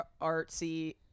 artsy